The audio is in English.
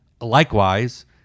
Likewise